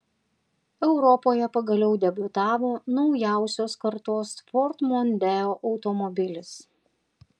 europoje pagaliau debiutavo naujausios kartos ford mondeo automobilis